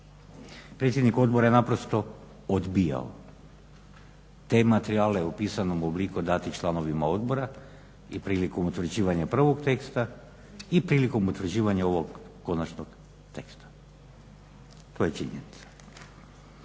Predsjednik odbora je naprosto odbijao te materijale u pisanom obliku dati članovima odbora i prilikom utvrđivanja prvog teksta i prilikom utvrđivanja ovog konačnog teksta. To je činjenica.